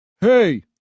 Hey